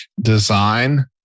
design